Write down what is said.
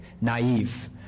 naive